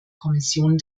kommission